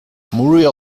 muriel